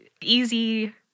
easy